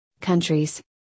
countries